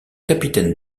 capitaine